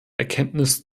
erkenntnis